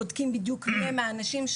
בודקים בדיוק מי הם האנשים,